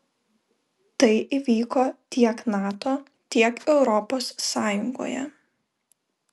tai įvyko tiek nato tiek europos sąjungoje